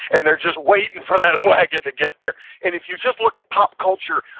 and they're just waiting for that wagon to get there and if you just look at pop culture,